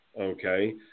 okay